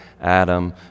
Adam